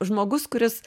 žmogus kuris